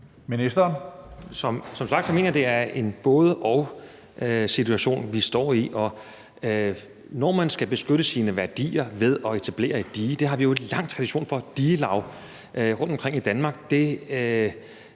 mener jeg, at det er en både-og-situation, vi står i. Når man skal beskytte sine værdier ved at etablere et dige – vi har en lang tradition for digelag rundtomkring i Danmark,